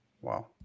Wow